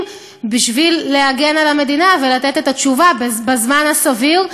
בשביל להגן על המדינה ולתת את התשובה בזמן הסביר,